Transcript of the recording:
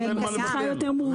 זאת שיחה יותר מורכבת.